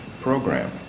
program